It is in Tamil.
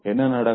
என்ன நடக்கும்